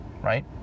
right